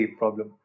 problem